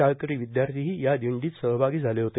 शाळकरी विदयार्थ्यीही या दिंडीत सहभागी झाले होते